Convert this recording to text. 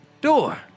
Door